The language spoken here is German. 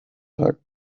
tag